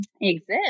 exist